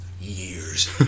years